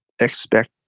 expect